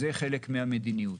זה חלק מהמדיניות.